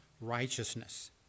righteousness